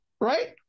right